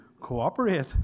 cooperate